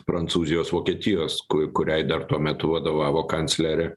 prancūzijos vokietijos ku kuriai dar tuo metu vadovavo kanclerė